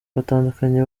butandukanye